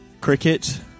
Cricket